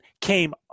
came